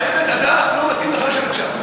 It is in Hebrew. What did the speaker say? אדוני, האמת, אתה לא מתאים לך לשבת שם.